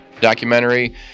documentary